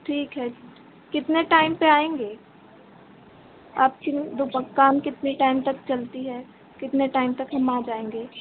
ठीक है कितने टाइम पर आएँगे आपकी दुक़ान कितने टाइम तक चलती है कितने टाइम तक हम आ जाएँगे